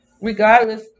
regardless